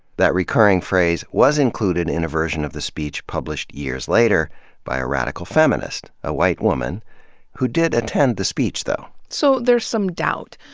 that recurring phrase was included in a version of the speech published years later by a radical feminist, a white woman who did attend the speech, though. so there's some doubt.